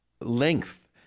length